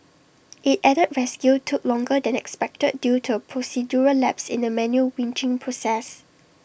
IT added rescue took longer than expected due to A procedural lapse in the manual winching process